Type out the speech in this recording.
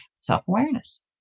self-awareness